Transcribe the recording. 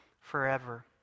forever